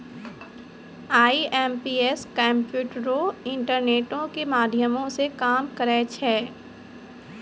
IMPS कम्प्यूटरो, इंटरनेटो के माध्यमो से काम करै छै